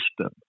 system